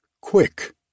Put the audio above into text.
quick